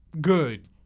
Good